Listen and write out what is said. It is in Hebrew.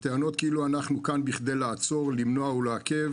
הטענות כאילו אנחנו כאן בכדי לעצור, למנוע ולעכב